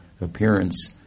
appearance